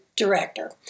Director